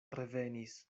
revenis